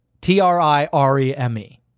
T-R-I-R-E-M-E